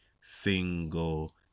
single